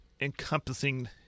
encompassing